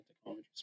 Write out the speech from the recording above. technologies